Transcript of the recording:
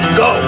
go